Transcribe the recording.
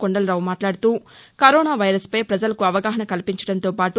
కొందలరావు మాట్లాదుతూకరోనా వైరస్ పై పజలకు అవగాహన కల్పించడంతో పాటు